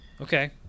Okay